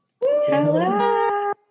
Hello